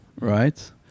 right